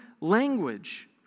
language